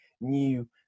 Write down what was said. new